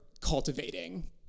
cultivating